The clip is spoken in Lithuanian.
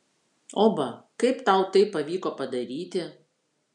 oba kaip tau tai pavyko padaryti